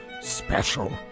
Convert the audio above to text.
Special